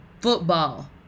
football